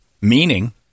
meaning